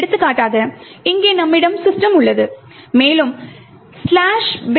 எடுத்துக்காட்டாக இங்கே நம்மிடம் system உள்ளது மேலும் "binbash"